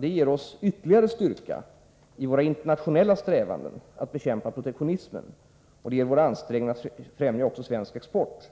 Det ger oss ytterligare styrka i våra internationella strävanden att bekämpa protektionismen. Det ger också våra ansträngningar att främja svensk export